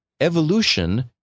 evolution